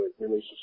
relationship